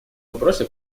вопросе